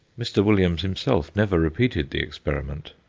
mr. williams himself never repeated the experiment.